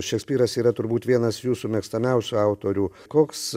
šekspyras yra turbūt vienas jūsų mėgstamiausių autorių koks